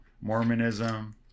Mormonism